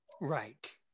right